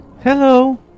Hello